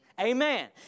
Amen